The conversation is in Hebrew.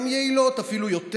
הן יעילות אפילו יותר.